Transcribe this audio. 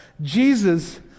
Jesus